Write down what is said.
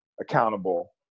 accountable